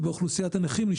ובאוכלוסיית הנכים,